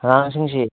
ꯑꯉꯥꯡꯁꯤꯡꯁꯤ